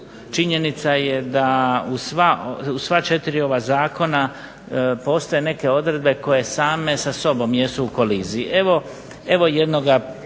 činjenica je da u sva četiri ova zakona postoje neke odredbe koje same sa sobom jesu u koliziji. Evo jednoga